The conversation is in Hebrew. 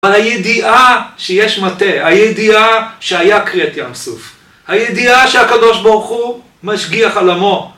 אבל הידיעה שיש מטה, הידיעה שהיה קריאת ים סוף, הידיעה שהקדוש ברוך הוא משגיח על עמו